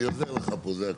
אני עוזר לך פה, זה הכול.